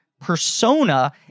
persona